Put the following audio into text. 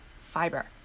fiber